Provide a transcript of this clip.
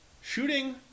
shooting